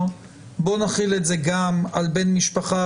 מעל 10 שנים אז בוודאי שאי אפשר להגיע למעל 10 שנים.